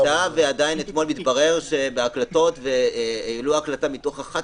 יצא ועדיין התברר שאתמול העלו הקלטות ואחת